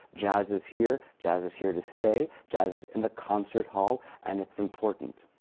jazz is here. jazz is here to stay. jazz is in the concert hall. and it's important.